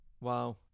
wow